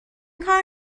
کار